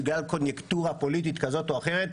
בגלל קונייקטורה פוליטית כזאת או אחרת,